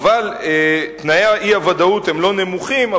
אומנם תנאי האי-ודאות הם לא נמוכים,